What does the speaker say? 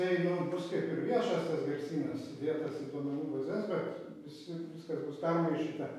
tai nu bus kaip ir viešas tas garsynas įdėtas į duomenų bazes bet visi viskas bus permaišyta